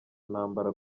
ntambara